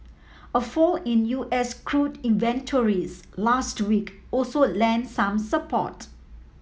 a fall in U S crude inventories last week also lent some support